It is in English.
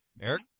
Eric